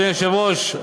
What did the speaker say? אדוני היושב-ראש,